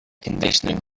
conditioning